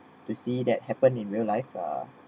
to see that happen in real life uh